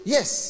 Yes